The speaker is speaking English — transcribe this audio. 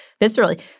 viscerally